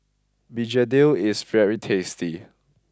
Begedil is very tasty